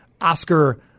Oscar